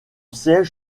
siège